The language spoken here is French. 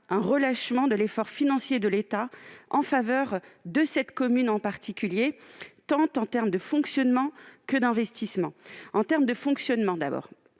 un relâchement de l'effort financier de l'État en faveur de cette commune en particulier, en termes tant de fonctionnement que d'investissement. En matière de fonctionnement,